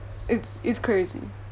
it's it's crazy